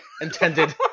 intended